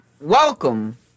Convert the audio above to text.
Welcome